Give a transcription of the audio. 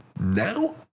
Now